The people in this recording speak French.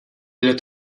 est